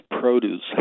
produce